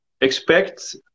expect